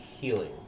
healing